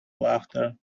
laughter